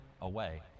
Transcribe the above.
away